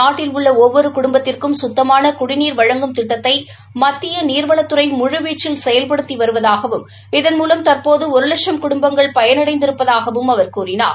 நாட்டில் உள்ள ஒவ்வொரு குடும்பத்திற்கும் குத்தமான குடிநீர் வழங்கும் திட்டத்தை மத்திய நீர்வளத்துறை முழுவீச்சில் செபல்படுத்தி வருவதாகவும் இதன்மூலம் தற்போது ஒரு லட்சும் குடும்பங்கள் பயனடைந்திருப்பதாகவும் அவர் கூறினார்